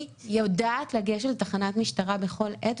היא יודעת לגשת לתחנת משטרה בכל עת,